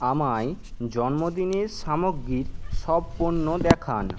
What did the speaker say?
আমায় জন্মদিনের সামগ্রীর সব পণ্য দেখান